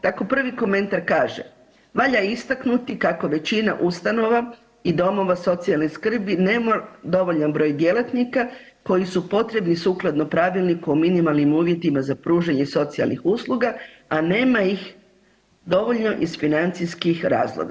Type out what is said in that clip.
Tako prvi komentar kaže: „Valja istaknuti kako većina ustanova i domova socijalne skrbi nema dovoljan broj djelatnika koji su potrebni sukladno Pravilniku o minimalnim uvjetima za pružanje socijalnih usluga, a nema ih dovoljno iz financijskih razloga.